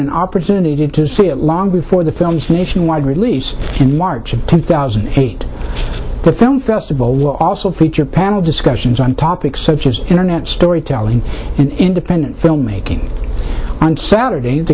an opportunity to see it long before the film's nationwide release in march of two thousand and eight the film festival will also feature panel discussions on topics such as internet storytelling and independent filmmaking on saturday the